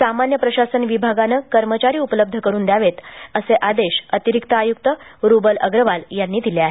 सामान्य प्रशासन विभागाने कर्मचारी उपलब्ध करून द्यावे असा आदेश अतिरिक्त आयुक्त रुबल अगरवाल यांनी दिले आहे